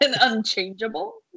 unchangeable